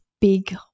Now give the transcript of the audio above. big